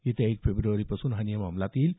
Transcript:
येत्या एक फेब्र्वारीपासून हा नियम अंमलात येईल